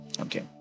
okay